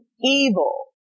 evil